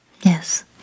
Yes